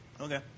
okay